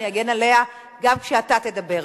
אני אגן עליה גם כשאתה תדבר,